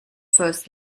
first